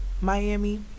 Miami